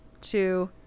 two